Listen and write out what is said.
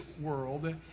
world